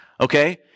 okay